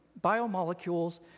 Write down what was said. biomolecules